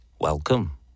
Welcome